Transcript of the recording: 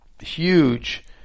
huge